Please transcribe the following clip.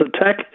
attack